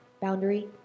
Boundary